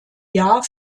jahr